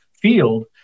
field